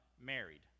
married